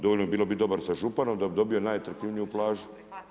Dovoljno je biti dobar sa županom da bi dobio najatraktivniju plažu.